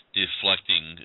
deflecting